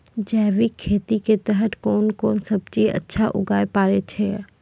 जैविक खेती के तहत कोंन कोंन सब्जी अच्छा उगावय पारे छिय?